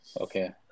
Okay